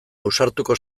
ausartuko